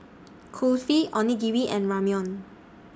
Kulfi Onigiri and Ramyeon